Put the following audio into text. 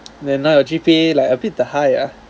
then now your G_P_A like a bit the high ah